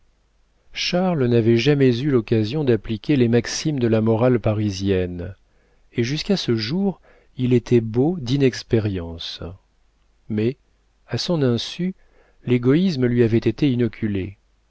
charles n'avait jamais eu l'occasion d'appliquer les maximes de la morale parisienne et jusqu'à ce jour il était beau d'inexpérience mais à son insu l'égoïsme lui avait été inoculé